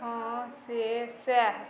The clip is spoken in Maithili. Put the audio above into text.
ओ से सएह